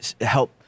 help